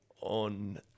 on